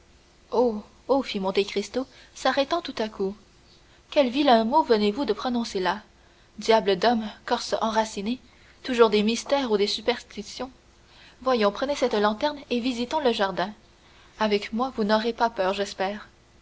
fit monte cristo s'arrêtant tout à coup quel vilain mot venez-vous de prononcer là diable d'homme corse enraciné toujours des mystères ou des superstitions voyons prenez cette lanterne et visitons le jardin avec moi vous n'aurez pas peur j'espère